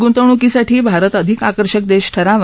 ग्रंतवण्कीसाठी भारत अधिक आकर्षक देश ठरावा